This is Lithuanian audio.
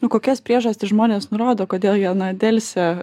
o kokias priežastis žmonės nurodo kodėl jie delsia